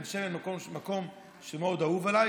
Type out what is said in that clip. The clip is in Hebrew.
בן שמן הוא מקום שהוא מאוד אהוב עליי.